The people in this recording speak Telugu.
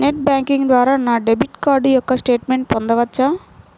నెట్ బ్యాంకింగ్ ద్వారా నా డెబిట్ కార్డ్ యొక్క స్టేట్మెంట్ పొందవచ్చా?